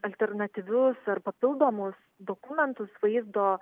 alternatyvius ar papildomus dokumentus vaizdo